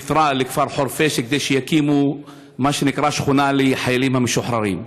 ויתרה לכפר חורפיש כדי שיקימו מה שנקרא שכונה לחיילים המשוחררים.